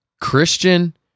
Christian